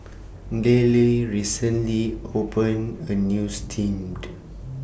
Delle recently opened A New Steamed